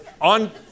on